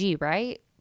right